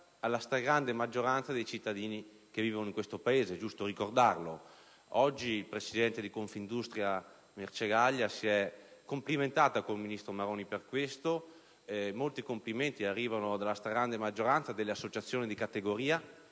alla stragrande maggioranza dei cittadini che vivono in questo Paese e per la quale oggi il presidente di Confindustria Marcegaglia si è complimentata con il ministro Maroni. E molti complimenti arrivano anche dalla stragrande maggioranza delle associazioni di categoria.